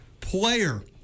player